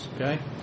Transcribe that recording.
okay